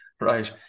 right